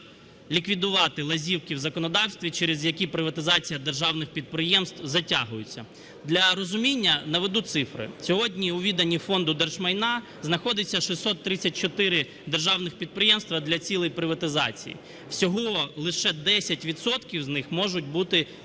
ліквідувати лазівки в законодавстві, через які приватизація державних підприємств затягується. Для розуміння наведу цифри. Сьогодні у віданні Фонду держмайна знаходиться 634 державних підприємства для цілей приватизації. Всього лише 10 відсотків з них можуть бути